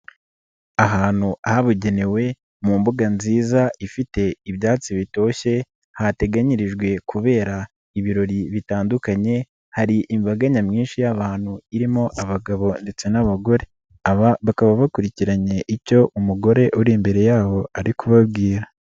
Ahantu habugenewe mu mbuga nziza ifite ibyatsi bitoshye hateganyirijwe kubera ibirori bitandukanye, hari imbaga nyamwinshi y'abantu irimo abagabo ndetse n'abagore, aba bakaba bakurikiranye icyo umugore uri imbere yabo ari kubabwira.